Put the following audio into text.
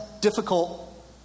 difficult